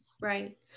Right